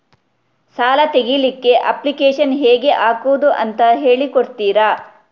ಸಾಲ ತೆಗಿಲಿಕ್ಕೆ ಅಪ್ಲಿಕೇಶನ್ ಹೇಗೆ ಹಾಕುದು ಅಂತ ಹೇಳಿಕೊಡ್ತೀರಾ?